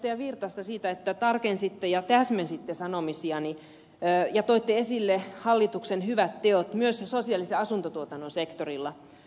erkki virtasta siitä että tarkensitte ja täsmensitte sanomisiani ja toitte esille hallituksen hyvät teot myös sosiaalisen asuntotuotannon sektorilla